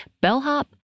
bellhop